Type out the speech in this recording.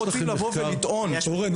אורן,